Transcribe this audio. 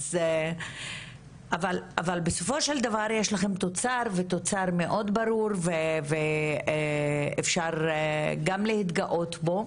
אבל בסופו של דבר יש לכם תוצר מאוד ברור ואפשר גם להתגאות בו.